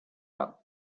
rug